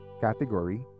category